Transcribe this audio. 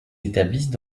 établissent